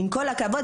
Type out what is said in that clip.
אז עם כל הכבוד,